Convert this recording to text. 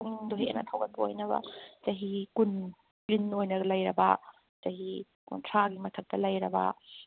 ꯄꯨꯛꯅꯤꯡꯗꯨ ꯍꯦꯟꯅ ꯊꯧꯒꯠꯄ ꯑꯣꯏꯅꯕ ꯆꯍꯤ ꯀꯨꯟ ꯑꯣꯏꯅ ꯂꯩꯔꯕ ꯆꯍꯤ ꯀꯨꯟꯊ꯭ꯔꯥꯒꯤ ꯃꯊꯛꯇ ꯂꯩꯔꯕ